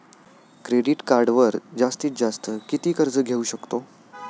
Credit कार्डवर जास्तीत जास्त किती कर्ज घेऊ शकतो?